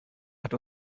hat